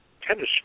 tennis